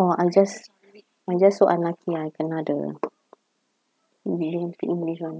or I just I just so unlucky I kena the they don't speak english [one]